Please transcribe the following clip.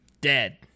Dead